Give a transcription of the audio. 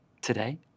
today